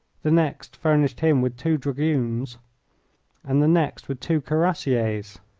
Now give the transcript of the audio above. the next furnished him with two dragoons and the next with two cuirassiers.